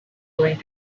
going